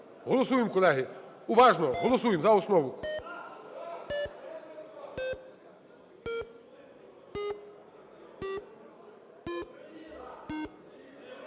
Голосуємо, колеги. Уважно! Голосуємо за основу.